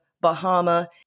Bahama